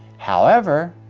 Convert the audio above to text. however,